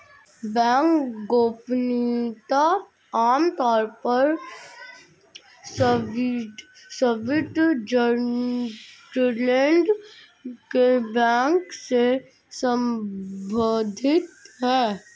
bank गोपनीयता आम तौर पर स्विटज़रलैंड के बैंक से सम्बंधित है